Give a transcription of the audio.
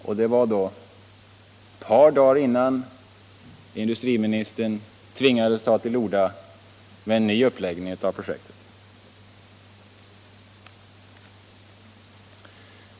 Detta var ett par dagar innan industriministern tvingades ta till orda om en ny uppläggning av projektet.